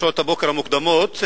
בשעות הבוקר המוקדמות,